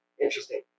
interesting